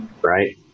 Right